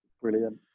Brilliant